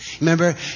Remember